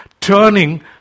turning